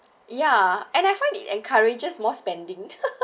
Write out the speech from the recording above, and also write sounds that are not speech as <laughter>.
ya and I find it encourages more spending <laughs>